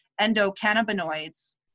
endocannabinoids